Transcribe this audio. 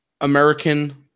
American